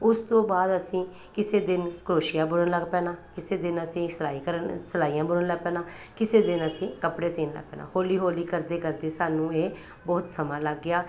ਉਸ ਤੋਂ ਬਾਅਦ ਅਸੀਂ ਕਿਸੇ ਦਿਨ ਕਰੋਸ਼ੀਆ ਬੁਣਨ ਲੱਗ ਪੈਣਾ ਕਿਸੇ ਦਿਨ ਅਸੀਂ ਸਿਲਾਈ ਕਰਨ ਸਿਲਾਈਆਂ ਬੁਣਨ ਲੱਗ ਪੈਣਾ ਕਿਸੇ ਦਿਨ ਅਸੀਂ ਕੱਪੜੇ ਸਿਓਣ ਲੱਗ ਪੈਣਾ ਹੌਲੀ ਹੌਲੀ ਕਰਦੇ ਕਰਦੇ ਸਾਨੂੰ ਇਹ ਬਹੁਤ ਸਮਾਂ ਲੱਗ ਗਿਆ